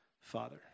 Father